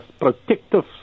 protective